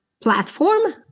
platform